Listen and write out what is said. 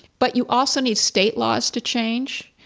but you also need state laws to change,